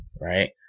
right